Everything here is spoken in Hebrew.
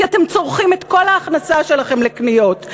כי אתם צורכים את כל ההכנסה שלכם לקניות.